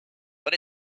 but